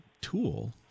tool